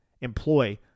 employ